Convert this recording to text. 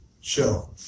show